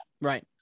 Right